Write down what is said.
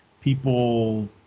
people